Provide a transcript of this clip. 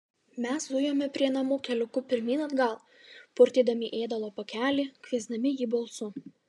mes zujome prie namų keliuku pirmyn atgal purtydami ėdalo pakelį kviesdami jį balsu